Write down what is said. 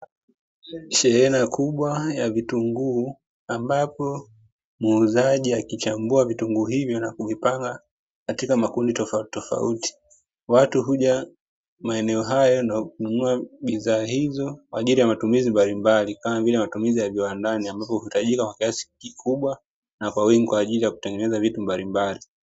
Shehena kubwa ya vitunguu, ambapo muuzaji akichambua vitunguu hivyo na kuvipanga katika makundi tofautitofauti. Watu huja maeneo hayo na kununua bidhaa hizo kwa ajili ya matumizi mbalimbali, kama vile matumizi ya viwandani, ambavyo huhitajika kwa kiasi kikubwa na kwa wingi, kwa ajili ya kutengeneza vitu mbalimbali.